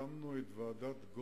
הקמנו את ועדת-גולדברג,